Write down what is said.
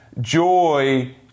Joy